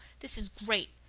this is great.